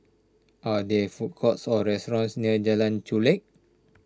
are there food courts or restaurants near Jalan Chulek